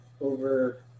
over